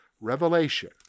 Revelation